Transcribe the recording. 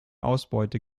ausbeute